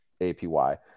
APY